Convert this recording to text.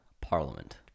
parliament